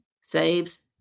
saves